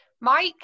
Mike